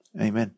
Amen